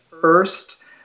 first